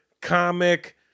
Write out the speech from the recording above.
comic